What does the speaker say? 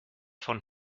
von